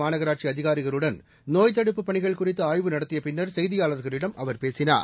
மாநகராட்சி அதிகாரிகளுடன் நோய்த் தடுப்புப் பணிகள் குறித்து ஆய்வு நடத்திய பின்னர் செய்தியாளர்களிடம் அவர் பேசினார்